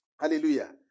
Hallelujah